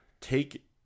Take